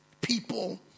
people